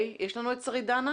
יש לנו את שרית דנה?